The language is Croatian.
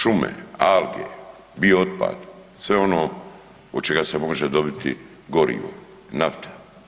Šume, alge, bio otpad, sve ono od čega se može dobiti gorivo, nafta.